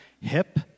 Hip